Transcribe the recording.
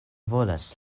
volas